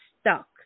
stuck